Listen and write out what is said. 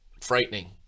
frightening